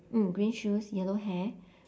mm green shoes yellow hair